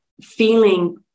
feeling